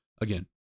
again